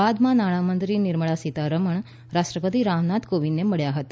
બાદમાં નાણાંમંત્રી નિર્મળા સીતારમણ રાષ્ટ્રપતિ રામનાથ કોવિંદને મળ્યા હતા